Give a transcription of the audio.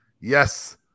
yes